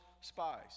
spies